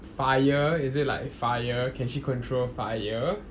fire is it like fire can she control fire